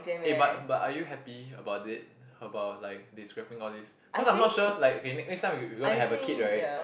eh but but are you happy about it about like they scraping all these cause I'm not sure like okay next next time you're gonna have a kid right